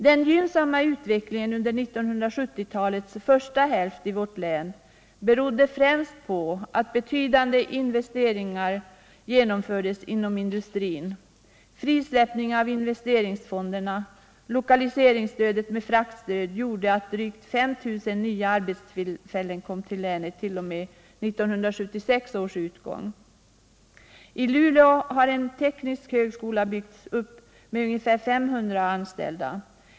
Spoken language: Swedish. Den gynnsamma utvecklingen under 1970-talets första hälft i vårt län berodde främst på att betydande investeringar genomfördes inom industrin. Frisläppningen av investeringsfonderna och lokaliseringsstödet med fraktstöd gjorde att drygt 5 000 nya arbetstillfällen kom till länet t.o.m. 1976 års utgång. I Luleå har en teknisk högskola byggts upp med ungefär 500 anställda.